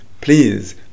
Please